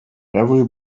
every